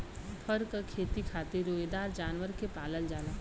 फर क खेती खातिर रोएदार जानवर के पालल जाला